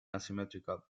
asymmetrical